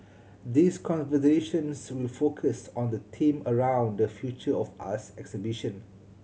these conversations will focus on the theme around the Future of us exhibition